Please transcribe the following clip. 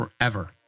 forever